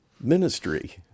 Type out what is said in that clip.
ministry